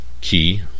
key